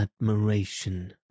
admiration